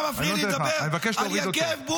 אתה מפריע לי לדבר -- אני מבקש להוריד אותו.